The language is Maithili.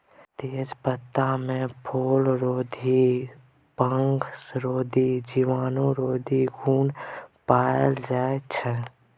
तेजपत्तामे फुलबरोधी, फंगसरोधी, जीवाणुरोधी गुण पाएल जाइ छै